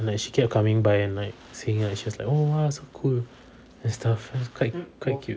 like she kept coming by and like saying like oh !wah! so cool and stuff so it was quite quite cute